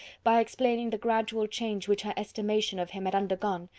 by explaining the gradual change which her estimation of him had undergone,